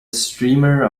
streamer